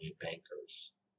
bankers